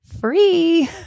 free